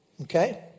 Okay